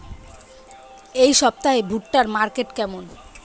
এই সপ্তাহে ভুট্টার মার্কেট কেমন?